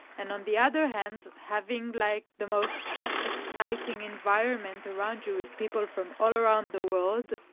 and on the other hand having like the most exciting environment around you, with people from all around the world.